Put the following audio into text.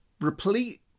Replete